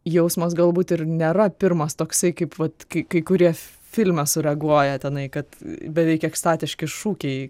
jausmas galbūt ir nėra pirmas toksai kaip vat kai kai kurie filme sureaguoja tenai kad beveik ekstatiški šūkiai